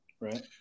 right